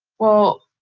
well,